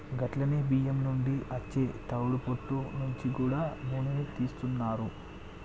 గట్లనే బియ్యం నుండి అచ్చే తవుడు పొట్టు నుంచి గూడా నూనెను తీస్తున్నారు